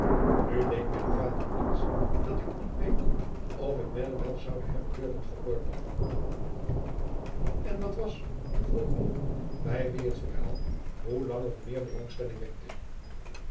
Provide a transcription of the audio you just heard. nu deed mijn vader iets dat ik niet weet of ik mij wel zoude hebben durven veroorloven en dat was vroeg mom bij wien het verhaal hoe langer hoe meer belangstelling wekte